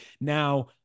Now